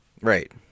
Right